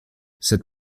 cette